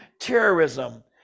terrorism